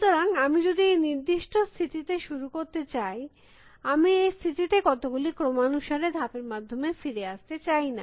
সুতরাং আমি যদি এই নির্দিষ্ট স্থিতিতে শুরু করতে চাই আমি এই স্থিতিতে কতগুলি ক্রমানুসারে ধাপের মাধ্যমে ফিরে আসতে চাই না